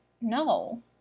no